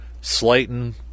Slayton